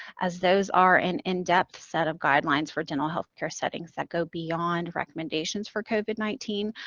as those are an in-depth set of guidelines for dental health care settings that go beyond recommendations for covid nineteen,